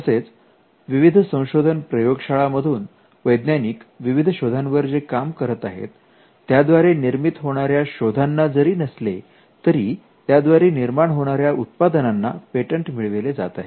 तसेच विविध संशोधन प्रयोगशाळा मधून वैज्ञानिक विविध शोधांवर जे काम करत आहेत त्याद्वारे निर्मित होणाऱ्या शोधांना जरी नसले तरी त्याद्वारे निर्माण होणाऱ्या उत्पादनांना पेटंट मिळविले जात आहे